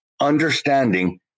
understanding